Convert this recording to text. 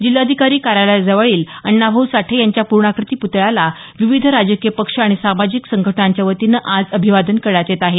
जिल्हाधिकारी कार्यालयाजवळील अण्णाभाऊ साठे यांच्या पूर्णाकृती पुतळ्याला विविध राजकीय पक्ष आणि सामाजिक संघटनांच्या वतीनं अभिवादन करण्यात येत आहे